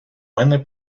мене